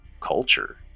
culture